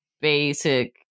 basic